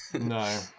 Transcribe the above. No